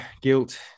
guilt